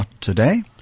Today